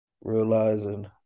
realizing